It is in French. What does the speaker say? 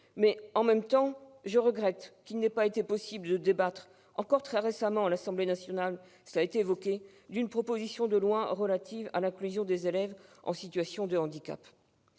En même temps, je regrette qu'il n'ait pas été possible de débattre, très récemment encore à l'Assemblée nationale- cela a été évoqué -, d'une proposition de loi relative à l'inclusion des élèves en situation de handicap.